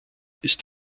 ist